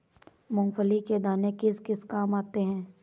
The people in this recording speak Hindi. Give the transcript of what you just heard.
मूंगफली के दाने किस किस काम आते हैं?